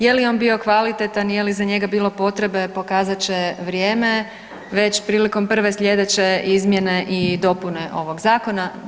Je li on bio kvalitetan, je li za njega bilo potrebe, pokazat će vrijeme već prilikom sljedeće izmjene i dopune ovog zakona.